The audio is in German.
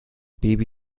baby